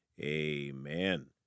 amen